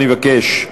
אני מבקש.